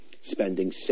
spending